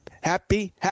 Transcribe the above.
Happy